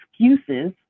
excuses